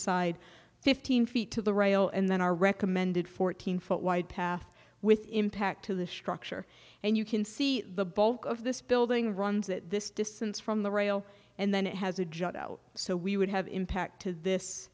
side fifteen feet to the rail and then our recommended fourteen foot wide path with impact to the structure and you can see the bulk of this building runs that this distance from the rail and then it has a jump out so we would have impacted this